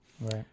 right